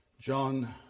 John